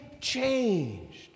changed